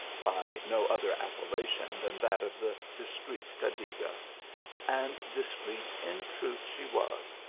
by no other appellation than that of the discreet cacliga and discreet, in truth she was,